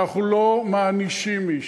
אנחנו לא מענישים מישהו,